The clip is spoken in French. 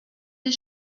des